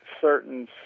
certain